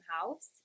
house